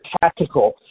tactical